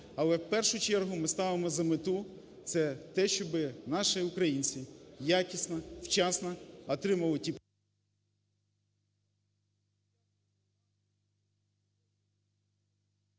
Але в першу чергу ми ставимо за мету, це те, щоби наші українці якісно, вчасно отримували ті …